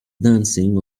dancing